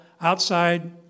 outside